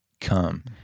come